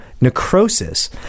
necrosis